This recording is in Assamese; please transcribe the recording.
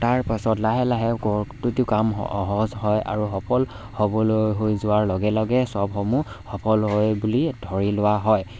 তাৰপাছত লাহে লাহে প্ৰতিটো কাম স সহজ হয় আৰু সফল হ'বলৈ হৈ যোৱাৰ লগে লগে সবসমূহ সফল হৈ বুলি ধৰি লোৱা হয়